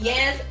Yes